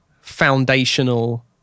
foundational